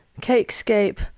Cakescape